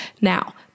Now